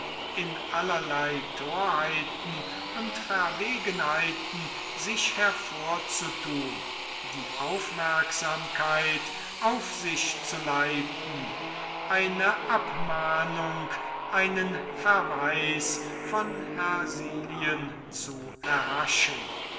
in allerlei torheiten und verwegenheiten sich hervorzutun die aufmerksamkeit auf sich zu leiten eine abmahnung einen verweis von hersilien zu erhaschen